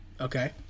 Okay